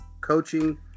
coaching